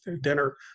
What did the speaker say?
dinner